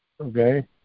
okay